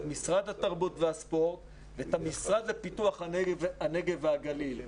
את משרד התרבות והספורט ואת המשרד לפיתוח הנגב והגליל,